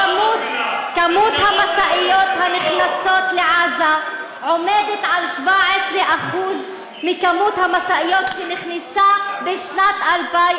כמות המשאיות הנכנסות לעזה היא 17% מכמות המשאיות שנכנסה בשנת 2007,